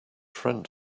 friend